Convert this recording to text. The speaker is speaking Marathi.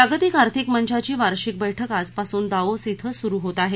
जागतिक आर्थिक मंचाची वार्षिक बैठक आजपासून दावोस इथं सुरु होत आहे